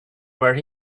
where